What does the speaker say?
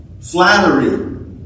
Flattery